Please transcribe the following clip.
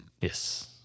Yes